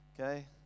Okay